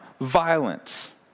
violence